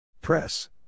Press